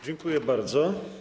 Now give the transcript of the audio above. Dziękuję bardzo.